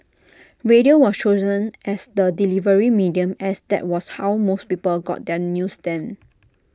radio was chosen as the delivery medium as that was how most people got their news then